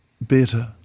better